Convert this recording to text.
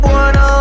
one